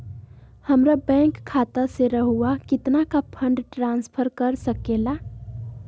हमरा बैंक खाता से रहुआ कितना का फंड ट्रांसफर कर सके ला?